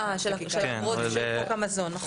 של שוק המזון, נכון.